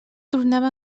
tornava